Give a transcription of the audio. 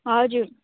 हजुर